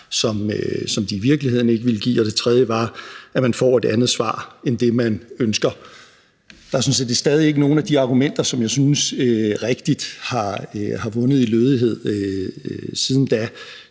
som de i virkeligheden ikke ville give; og det tredje var, at man får et andet svar end det, man ønsker. Der er sådan set stadig ikke nogen af de argumenter, som jeg rigtig synes har vundet i lødighed siden da.